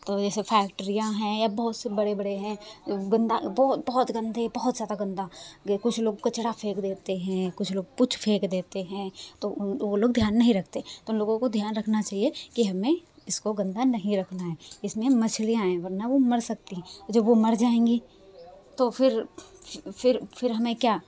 तो जैसे फक्ट्रियाँ हैं या बहुत से बड़े बड़े हैं गंदा बहुत गंदे बहुत ज़्यादा गंदा ये कुछ लोग कचड़ा फेंक देते हैं कुछ लोग कुछ फेंक देते हैं तो वो लोग ध्यान नहीं रखते तो वो लोगों को ध्यान रहना चहिए कि हमें इसको गंदा नहीं रखना है इसमें मछलियां हैं वरना वो मर सकती हैं तो जो वो मर जाएगी तो फिर फिर फिर हमें क्या